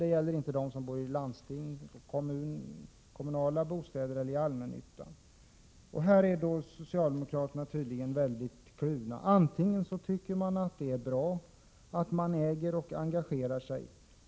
Det gäller inte dem som bor i landstingseller kommunägda bostäder eller i allmännyttans bostäder. I den här frågan är socialdemokraterna tydligen mycket kluvna. Å ena sidan tycker man det är bra att folk äger bostäder och engagerar sig.